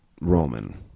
Roman